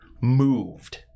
moved